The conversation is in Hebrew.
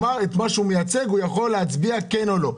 האם הוא יכול להצביע עבור מה שהוא מייצג?